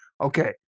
Okay